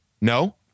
No